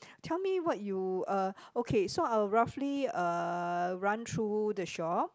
tell me what you uh okay so I will roughly uh run through the shop